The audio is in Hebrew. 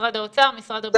משרד האוצר, משרד הבריאות?